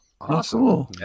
Awesome